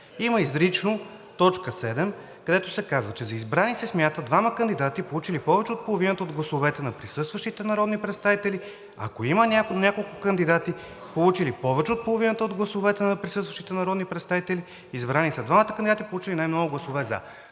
има изрично т. 7, където се казва: „7. За избрани се смятат двамата кандидати, получили повече от половината от гласовете на присъстващите народни представители. Ако има няколко кандидати, получили повече от половината от гласовете на присъстващите народни представители, избрани са двамата кандидати, получили най-много гласове за.“